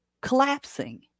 collapsing